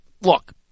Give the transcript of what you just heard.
Look